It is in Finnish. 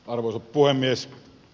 arvoisa puhemies